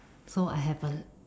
so I have a mm